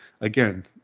again